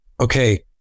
okay